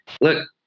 look